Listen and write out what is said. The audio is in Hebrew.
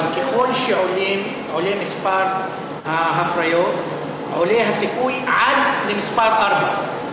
אבל ככל שעולה מספר ההפריות עולה הסיכוי עד למספר ארבע,